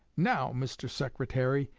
now, mr. secretary,